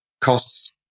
costs